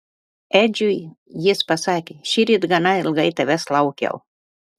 edžiui jis pasakė šįryt gana ilgai tavęs laukiau